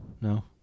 No